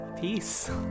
Peace